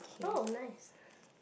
oh nice